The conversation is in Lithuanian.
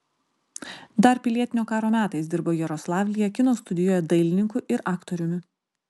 dar pilietinio karo metais dirbo jaroslavlyje kino studijoje dailininku ir aktoriumi